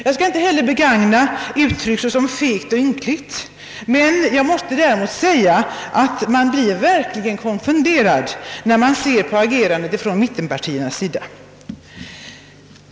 Jag skall inte heller begagna sådana uttryck som fegt och ynkligt. Däremot måste jag säga att man verkligen blir konfunderad när man ser på agerandet från mittenpartiernas sida.